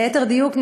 ליתר דיוק,